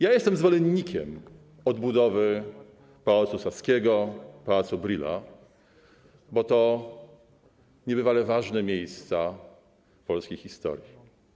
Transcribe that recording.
Jestem zwolennikiem odbudowy Pałacu Saskiego i Pałacu Brühla, bo to niebywale ważne miejsca dla polskiej historii.